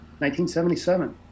1977